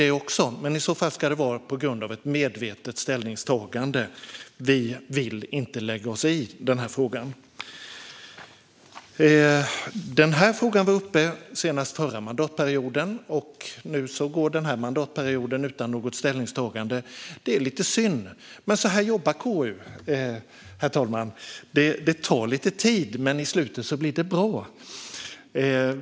Men det ska i så fall vara ett medvetet ställningstagande om att vi inte vill lägga oss i den här frågan. Frågan var uppe senast förra mandatperioden. Nu går den här mandatperioden utan att det blir ett ställningstagande. Det är lite synd. Men, herr talman, på det här sättet jobbar KU. Det tar lite tid. Men i slutänden blir det bra.